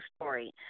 story